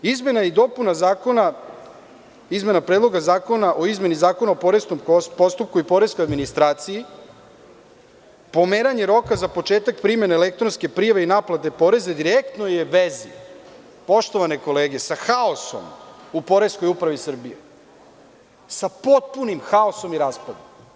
Izmena Predloga zakona o izmeni Zakona o poreskom postupku i poreskoj administraciji, pomeranje roka za početak primene elektronske prijave i naplate poreza direktnoj je vezi, poštovane kolege, sa haosom u poreskoj upravi Srbije, sa potpunim haosom i raspadom.